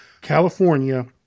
California